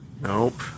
nope